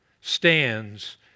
stands